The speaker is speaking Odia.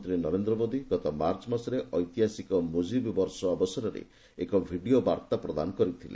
ପ୍ରଧାନମନ୍ତ୍ରୀ ନରେନ୍ଦ୍ର ମୋଦି ଗତ ମାର୍ଚ୍ଚ ମାସରେ ଐତିହାସିକ 'ମ୍ରଜିବ୍ ବର୍ଷୋ'ଅବସରରେ ଏକ ଭିଡିଓ ବାର୍ତ୍ତା ପ୍ରଦାନ କରିଥିଲେ